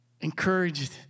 encouraged